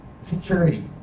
security